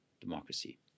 democracy